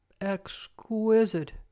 exquisite